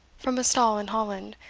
from a stall in holland,